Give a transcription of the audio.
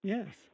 Yes